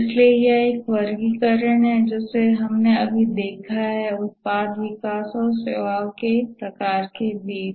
इसलिए यह एक और वर्गीकरण है जिसे हमने अभी देखा है कि उत्पाद विकास और सेवाओं के प्रकार के बीच